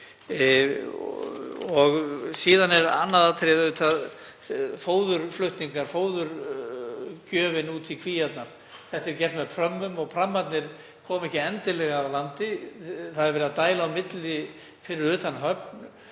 Síðan er annað atriðið fóðurflutningar, fóðurgjöfin út í kvíarnar. Þetta er gert með prömmum og prammarnir koma ekki endilega að landi. Það er verið að dæla á milli fyrir utan höfn